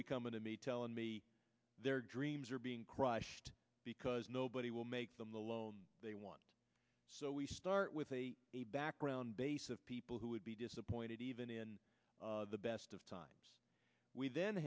intimate telling me their dreams are being crushed because nobody will make the loan they want so we start with a a background base of people who would be disappointed even in the best of times we then